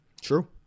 True